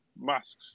masks